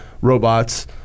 robots